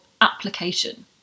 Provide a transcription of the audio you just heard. application